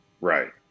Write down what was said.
right